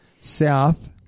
south